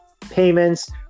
payments